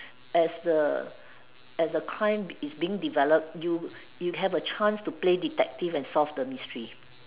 as the as the crime is being develop you you have a chance to play detective and solve the mystery